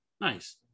Nice